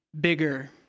Bigger